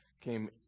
Came